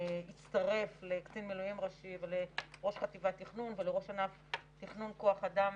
הצטרף לקצין מילואים ראשי ולראש חטיבת תכנון ולראש ענף תכנון כוח אדם